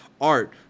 Art